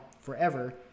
forever